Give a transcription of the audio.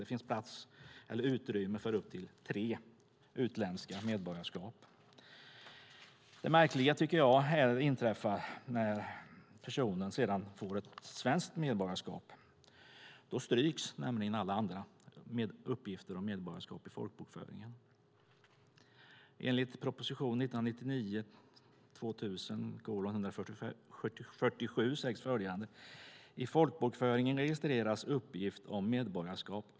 Det finns utrymme för upp till tre utländska medborgarskap. Det märkliga inträffar när personen sedan får ett svenskt medborgarskap. Då stryks nämligen alla andra uppgifter om medborgarskap i folkbokföringen. Enligt proposition 1999/2000:147 sägs följande: "I folkbokföringen registreras uppgift om medborgarskap.